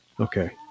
okay